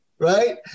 Right